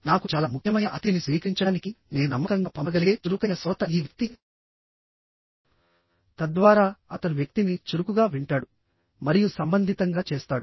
నాకు చాలా ముఖ్యమైన అతిథిని స్వీకరించడానికి నేను నమ్మకంగా పంపగలిగే చురుకైన శ్రోత ఈ వ్యక్తి తద్వారా అతను వ్యక్తిని చురుకుగా వింటాడు మరియు సంబంధితంగా చేస్తాడు